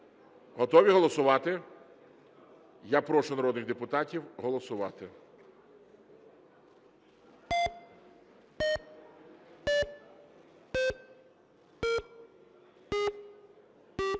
Готові голосувати? Я прошу народних депутатів голосувати.